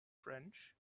french